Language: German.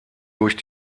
durch